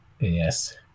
Yes